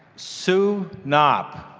sue knopp